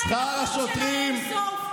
שכר השוטרים,